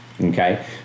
okay